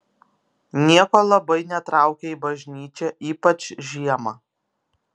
nieko labai netraukia į bažnyčią ypač žiemą